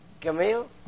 Camille